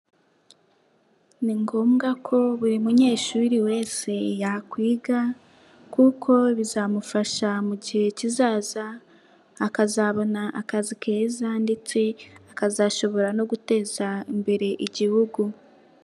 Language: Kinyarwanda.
Ni ngombwa ko buri munyeshuri wese yakwiga, kuko bizamufasha mu gihe kizaza, akazabona akazi keza ndetse akazashobora no guteza imbere Igihugu.